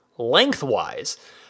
lengthwise